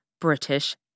British